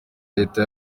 leta